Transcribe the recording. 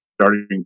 starting